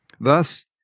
Thus